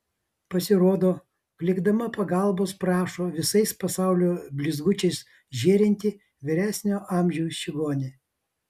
pasirodo klykdama pagalbos prašo visais pasaulio blizgučiais žėrinti vyresnio amžiaus čigonė